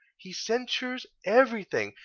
he censures everything,